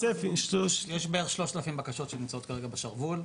יש בערך 3,000 בקשות שנמצאות כרגע בשרוול,